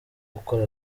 gukora